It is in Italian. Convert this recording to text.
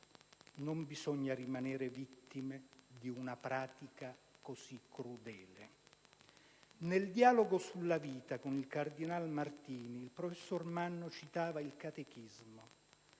Non bisogna rimanere vittime di una pratica così crudele». Nel dialogo sulla vita con il cardinal Martini, il professor Ignazio Manno citava il catechismo: